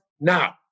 now